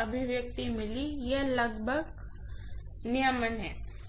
अभिव्यक्ति मिली यह लगभग नियमन है